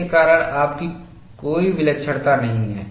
उसके कारण आपकी कोई विलक्षणता नहीं है